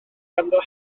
ganddo